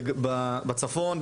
בצפון,